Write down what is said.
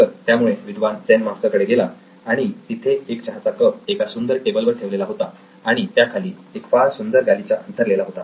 तर त्यामुळे विद्वान झेन मास्टर कडे गेला आणि तिथे एक चहाचा कप एका सुंदर टेबलवर ठेवलेला होता आणि त्याखाली एक फार सुंदर गालिचा अंथरलेला होता